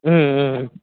ம் ம்